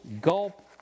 gulp